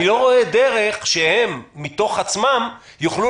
אני לא רואה דרך שהם מתוך עצמם יוכלו